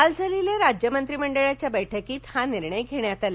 काल झालेल्या राज्य मंत्रिमंडळाच्या बैठकीत हा निर्णय घेण्यात आला